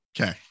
okay